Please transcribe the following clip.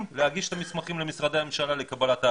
להגיש את המסמכים למשרדי הממשלה לקבלת ההכרה.